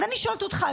אז אני שואלת אותך,